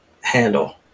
handle